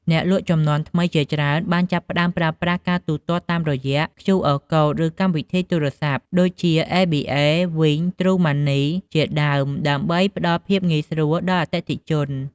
អ្នកលក់ជំនាន់ថ្មីជាច្រើនបានចាប់ផ្ដើមប្រើប្រាស់ការទូទាត់តាមរយៈ ឃ្យូអរកូដ ឬកម្មវិធីទូរសព្ទ ដូចជា អេបីអេ, វីង, ទ្រូម៉ាន់នី ជាដើម ដើម្បីផ្ដល់ភាពងាយស្រួលដល់អតិថិជន។